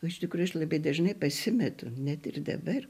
aš tikrai aš labai dažnai pasimetu net ir dabar